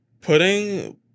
Putting